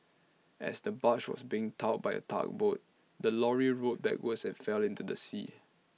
as the barge was being towed by A tugboat the lorry rolled backwards and fell into the sea